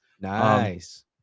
Nice